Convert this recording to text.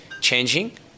changing